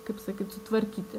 kaip sakyt sutvarkyti